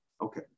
Okay